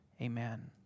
Amen